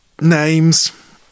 Names